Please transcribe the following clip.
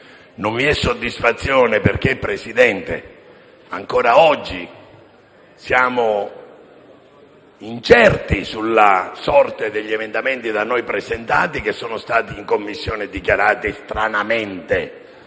Non vi è soddisfazione perché, Presidente, ancora oggi siamo incerti sulla sorte degli emendamenti da noi presentati, che in Commissione sono stati dichiarati stranamente